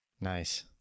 Nice